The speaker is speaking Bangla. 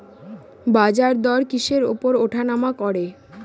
বাজারদর কিসের উপর উঠানামা করে?